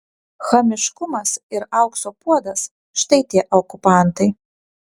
chamiškumas ir aukso puodas štai tie okupantai